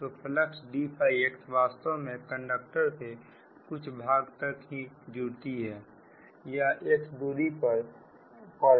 तो फलक्स dxवास्तव में कंडक्टर के कुछ भाग तक ही जुड़ती है यह x दूरी पर है